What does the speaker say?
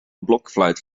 blokfluit